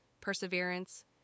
perseverance